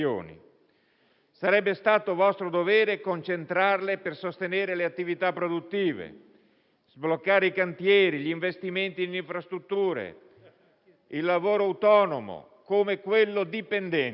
Sarebbe stato vostro dovere concentrarle per sostenere le attività produttive, sbloccare i cantieri e gli investimenti in infrastrutture, il lavoro autonomo come quello dipendente.